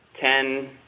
ten